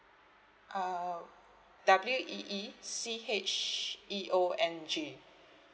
uh W E E C H E O N G